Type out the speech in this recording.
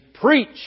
preach